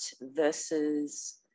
versus